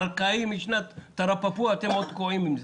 זה ארכאי משנת תרפפ"ו ואתם עוד תקועים עם זה.